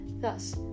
thus